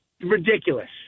Ridiculous